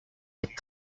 est